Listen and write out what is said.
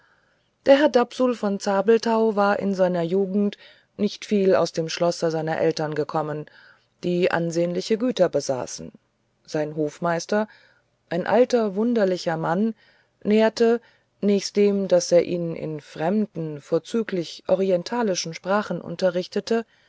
der herr dapsul von zabelthau war in seiner jugend nicht viel aus dem schlosse seiner eltern gekommen die ansehnliche güter besaßen sein hofmeister ein alter wunderlicher mann nährte nächstdem daß er ihn in fremden vorzüglich orientalischen sprachen unterrichtete